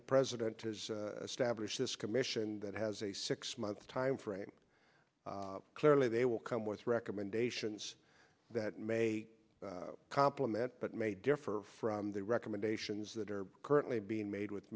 the president is stablished this commission that has a six month timeframe clearly they will come with recommendations that may compliment but may differ from the recommendations that are currently being made with